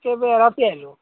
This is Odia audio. କେବେ ରାତି ଆସିଲୁ